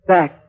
Back